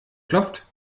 klopft